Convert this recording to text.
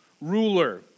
ruler